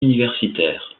universitaire